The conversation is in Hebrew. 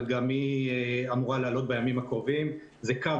אבל גם היא אמורה לעלות בימים הקרובים קו